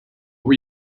were